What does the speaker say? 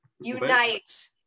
Unite